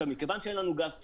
מכיוון שאין לנו גז טבעי,